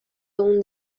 اون